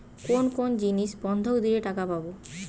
কোন কোন জিনিস বন্ধক দিলে টাকা পাব?